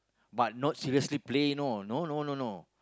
but not seriously play you know no no no no